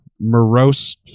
morose